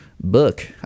book